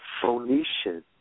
Phoenicians